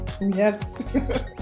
yes